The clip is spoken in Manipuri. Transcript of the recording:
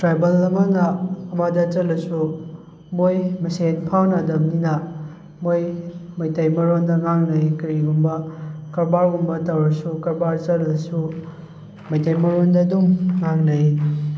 ꯇ꯭ꯔꯥꯏꯕꯦꯜ ꯑꯃꯅ ꯑꯃꯗ ꯆꯠꯂꯁꯨ ꯃꯣꯏ ꯃꯁꯦꯟ ꯐꯥꯎꯅꯗꯕꯅꯤꯅ ꯃꯣꯏꯅ ꯃꯩꯇꯩ ꯃꯔꯣꯟꯗ ꯉꯥꯡꯅꯩ ꯀꯔꯤꯒꯨꯝꯕ ꯀꯔꯕꯥꯔꯒꯨꯝꯕ ꯇꯧꯔꯁꯨ ꯀꯔꯕꯥꯔ ꯆꯠꯂꯁꯨ ꯃꯩꯇꯩ ꯃꯔꯣꯟꯗ ꯑꯗꯨꯝ ꯉꯥꯡꯅꯩ